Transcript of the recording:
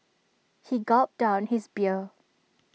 he gulped down his beer